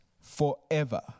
forever